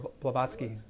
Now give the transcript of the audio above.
Blavatsky